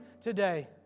today